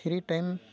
free time